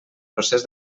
procés